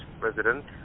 President